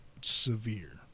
severe